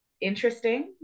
Interesting